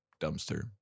dumpster